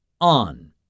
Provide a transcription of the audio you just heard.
on